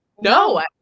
no